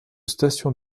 station